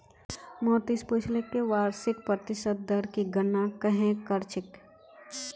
मोहनीश पूछले कि वार्षिक प्रतिशत दर की गणना कंहे करछेक